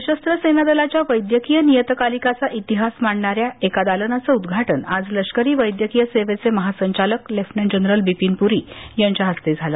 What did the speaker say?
सशस्त्र सेना दलाच्या वैद्यकीय नियतकालिकाचा प्तिहास मांडणाऱ्या एका दालनाचं उद्घाटन आज लष्करी वैद्यकीय सेवेचे महासंचालक लेफ्टनंट जनरल बिपीन पुरी यांच्या हस्ते झालं